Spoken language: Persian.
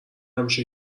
همیشه